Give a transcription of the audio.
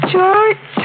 George